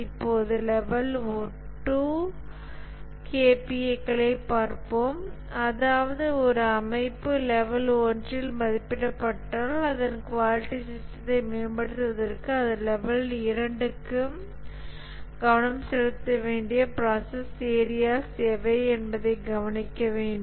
இப்போது level 2 KPA க்களைப் பார்ப்போம் அதாவது ஒரு அமைப்பு லெவல்1 இல் மதிப்பிடப்பட்டால் அதன் குவாலிட்டி சிஸ்டத்தை மேம்படுத்துவதற்கு அது லெவல் 2 க்கு கவனம் செலுத்த வேண்டிய ப்ராசஸ் ஏரியாஸ் எவை என்பதை கவனிக்க வேண்டும்